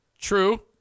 True